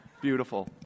Beautiful